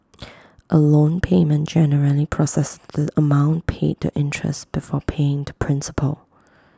A loan payment generally processes the amount paid to interest before paying to principal